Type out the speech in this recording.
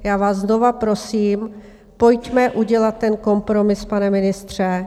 Já vás znova prosím, pojďme udělat ten kompromis, pane ministře.